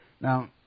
Now